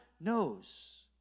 knows